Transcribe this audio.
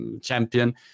champion